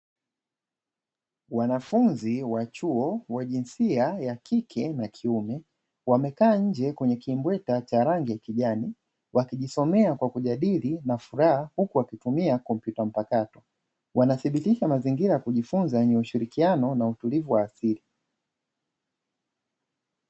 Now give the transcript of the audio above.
Wanafunzi wa chuo wa jinsia ya kike na kiume, wamekaa nje kwenye kimbweta cha rangi ya kijani, wakijisomea kwa kujadili na furaha huku wakitumia kompyuta mpakato, wanathibitisha mazingira ya kujifunza yenye ushirikiano na utulivu wa asili.